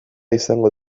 izango